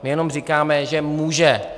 My jenom říkáme, že může.